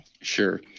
Sure